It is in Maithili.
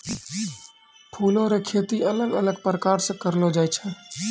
फूलो रो खेती अलग अलग प्रकार से करलो जाय छै